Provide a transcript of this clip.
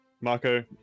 Marco